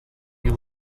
you